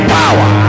power